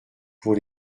pour